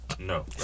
No